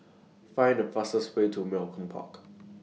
Find The fastest Way to Malcolm Park